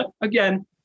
again